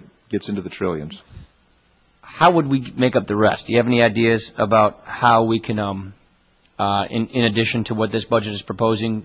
it gets into the trillions how would we make up the rest you have any ideas about how we can in addition to what this budget is proposing